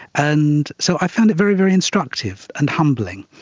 and so i found it very, very instructive and humbling.